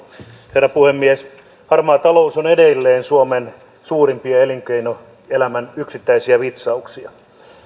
herra puhemies harmaa talous on edelleen suomen suurimpia elinkeinoelämän yksittäisiä vitsauksia